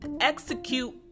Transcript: execute